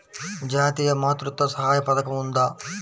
జాతీయ మాతృత్వ సహాయ పథకం ఉందా?